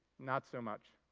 not so much.